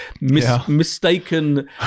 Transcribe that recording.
mistaken